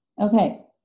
Okay